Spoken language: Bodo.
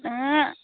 ओंहो